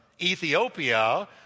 Ethiopia